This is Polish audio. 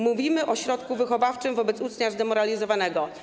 Mówimy o środku wychowawczym wobec ucznia zdemoralizowanego.